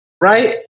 right